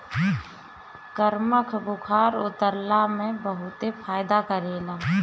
कमरख बुखार उतरला में बहुते फायदा करेला